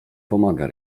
pomaga